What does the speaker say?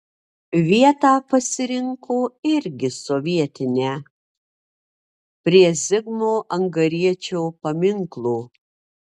vietą pasirinko irgi sovietinę prie zigmo angariečio paminklo